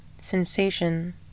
sensation